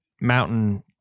mountain